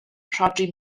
rhodri